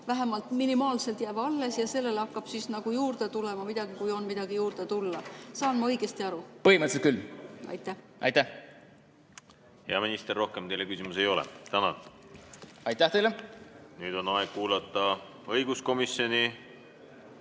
vähemalt minimaalselt jääb alles ja sellele hakkab juurde tulema midagi, kui on midagi juurde tulla? Saan ma õigesti aru? Põhimõtteliselt küll. Hea minister, rohkem teile küsimusi ei ole. Tänan! Aitäh teile! Nüüd on aeg kuulata õiguskomisjoni